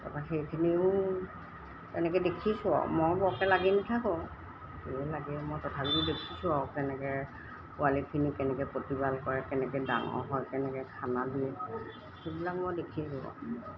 তাৰপৰা সেইখিনিও তেনেকৈ দেখিছোঁ আৰু ময়ো বৰকৈ লাগি নাথাকোঁ সিয়ে লাগে মই তথাপিও দেখিছোঁ আৰু কেনেকৈ পোৱালীখিনি কেনেকৈ প্ৰতিপাল কৰে কেনেকৈ ডাঙৰ হয় কেনেকৈ খানা দিয়ে সেইবিলাক মই দেখিছোঁ আৰু